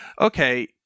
okay